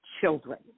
children